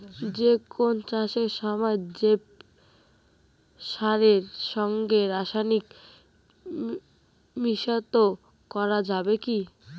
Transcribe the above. যে কোন চাষের সময় জৈব সারের সঙ্গে রাসায়নিক মিশ্রিত করা যাবে কি?